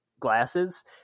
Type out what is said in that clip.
glasses